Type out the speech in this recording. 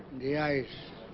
the ice